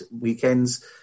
weekends